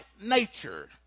nature